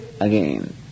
again